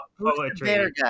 poetry